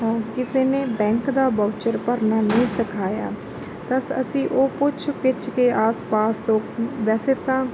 ਕਿਸੇ ਨੇ ਬੈਂਕ ਦਾ ਬਾਊਚਰ ਭਰਨਾ ਨਹੀਂ ਸਿਖਾਇਆ ਤੱਸ ਅਸੀਂ ਉਹ ਪੁੱਛ ਗਿੱਛ ਕੇ ਆਸ ਪਾਸ ਤੋਂ ਵੈਸੇ ਤਾਂ